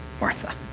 Martha